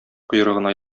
койрыгына